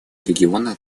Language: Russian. региона